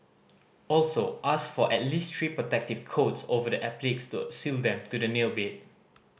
also ask for at least three protective coats over the appliques to seal them to the nail bed